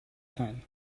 time